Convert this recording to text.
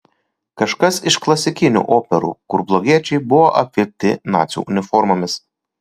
kažkas iš klasikinių operų kur blogiečiai buvo apvilkti nacių uniformomis